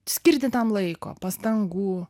skirti tam laiko pastangų